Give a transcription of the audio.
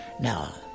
Now